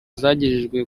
zagejejwe